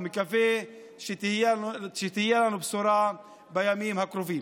ומקווה שתהיה לנו בשורה בימים הקרובים.